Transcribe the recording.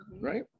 right